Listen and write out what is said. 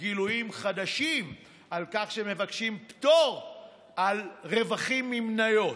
גילויים חדשים על כך שמבקשים פטור על רווחים ממניות,